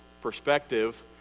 perspective